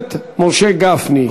הכנסת משה גפני.